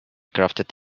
crafted